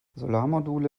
solarmodule